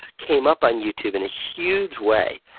came up on youtube in a huge way.